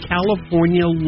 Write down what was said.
California